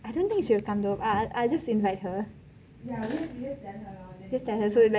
I don't think she will come though I will just invite herjust tell her